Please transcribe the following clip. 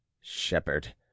shepherd